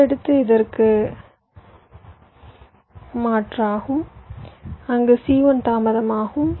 அடுத்தது இதற்கு மாற்றாகும் அங்கு C1 தாமதமாகும்